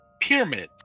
pyramids